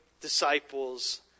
disciples